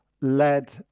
Led